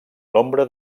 nombre